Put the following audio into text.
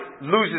loses